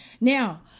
now